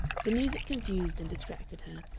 the music confused and distracted her,